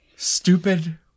Stupid